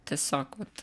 tiesiog vat